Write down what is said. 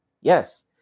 Yes